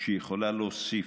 שהיא יכולה להוסיף,